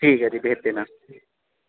ٹھیک ہے جی بھیج دینا